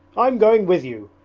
i'm going with you.